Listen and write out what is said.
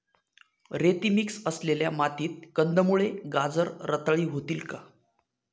रेती मिक्स असलेल्या मातीत कंदमुळे, गाजर रताळी होतील का?